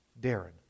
Darren